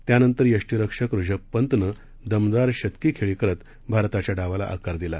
त्यानंतर यष्टीरक्षक ऋषभ पंतनं दमदार शतकी खेळी करत भारताच्या धावसंख्येला आकार दिला